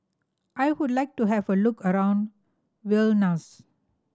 I would like to have a look around Vilnius